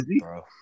bro